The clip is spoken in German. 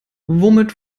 womit